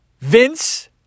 Vince